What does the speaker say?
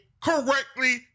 correctly